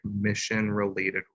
mission-related